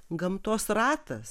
gamtos ratas